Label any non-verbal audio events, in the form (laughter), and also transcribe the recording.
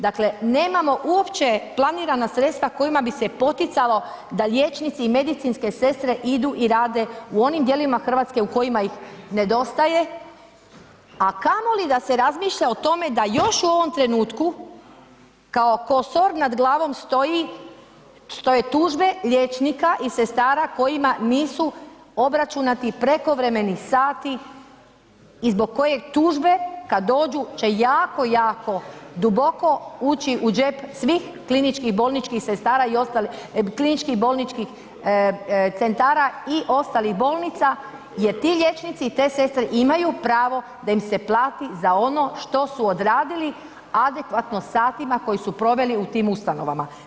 Dakle, nemamo uopće planirana sredstva kojima bi se poticalo da liječnici i medicinske sestre idu i rade u onim dijelovima Hrvatske u kojima ih nedostaje a kamoli da se razmišlja o tome da još u ovom trenutku kao ... (unintelligible) nad glavom stoje tužbe liječnika i sestara kojima nisu obračunati prekovremeni sati i zbog kojeg tužbe kad dođu će jako, jako duboko ući u džep svih kliničkih bolničkih sestara i ostalih, kliničkih bolničkih centara i ostalih bolnica jer ti liječnici i te sestre imaju pravo da im se plati za ono što su odradili adekvatno satima koji su proveli u tim ustanovama.